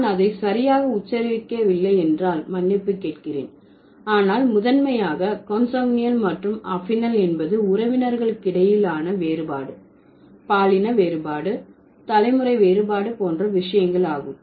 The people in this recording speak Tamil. நான் அதை சரியாக உச்சரிக்கவில்லை என்றால் மன்னிப்பு கேட்கிறேன் ஆனால் முதன்மையாக கொண்சங்குனியால் மற்றும் அஃபினல் என்பது உறவினர்களுக்கிடையிலான வேறுபாடு பாலின வேறுபாடு தலைமுறை வேறுபாடு போன்ற விஷயங்கள் ஆகும்